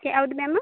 ಯಾವ್ದು ಮ್ಯಾಮು